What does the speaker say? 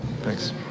thanks